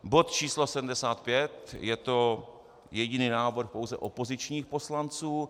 Bod číslo 75, je to jediný návrh pouze opozičních poslanců.